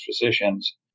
physicians